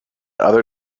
other